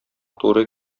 туры